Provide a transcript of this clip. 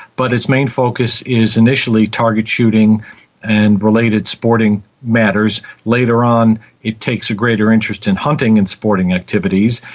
but its main focus is initially target shooting and related sporting matters, and later on it takes a greater interest in hunting and sporting activities,